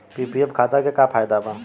PPF खाता के का फायदा बा?